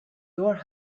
your